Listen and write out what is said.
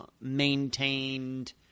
Maintained